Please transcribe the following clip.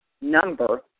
number